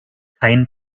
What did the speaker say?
kein